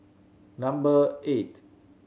number eight